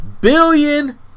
billion